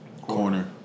Corner